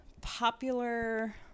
popular